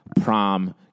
prom